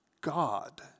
God